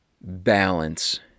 Balance